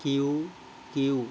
Q Q